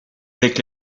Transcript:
avec